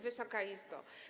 Wysoka Izbo!